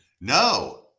No